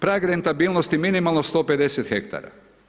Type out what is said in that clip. Prag rentabilnosti minimalno 150 hektara.